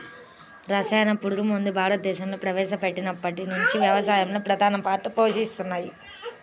రసాయన పురుగుమందులు భారతదేశంలో ప్రవేశపెట్టినప్పటి నుండి వ్యవసాయంలో ప్రధాన పాత్ర పోషిస్తున్నాయి